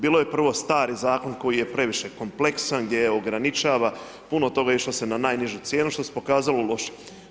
Bio je prvo stari zakon koji je previše kompleksan, gdje ograničava puno toga, išlo se na najnižu cijenu što se pokazalo lošim.